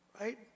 Right